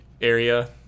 area